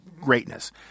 greatness